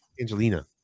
angelina